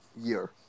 year